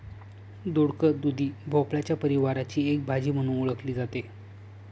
दोडक, दुधी भोपळ्याच्या परिवाराची एक भाजी म्हणून ओळखली जाते